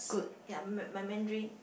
ya my my Mandarin